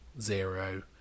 Zero